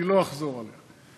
אני לא אחזור עליה.